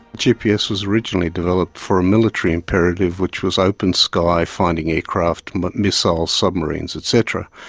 gps was originally developed for a military imperative which was open-sky finding aircraft, missiles, submarines, et cetera.